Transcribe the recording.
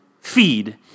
feed